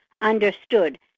understood